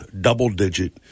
double-digit